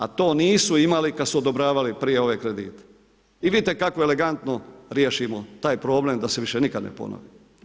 A to nisu imali kad su odobravali prije ove kredite, i vidite kako elegantno riješimo taj problem da se više nikad ne ponovi.